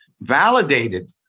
validated